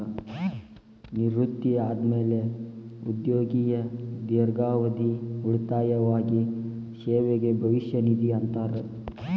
ನಿವೃತ್ತಿ ಆದ್ಮ್ಯಾಲೆ ಉದ್ಯೋಗಿಯ ದೇರ್ಘಾವಧಿ ಉಳಿತಾಯವಾಗಿ ಸೇವೆಗೆ ಭವಿಷ್ಯ ನಿಧಿ ಅಂತಾರ